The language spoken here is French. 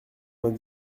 vingt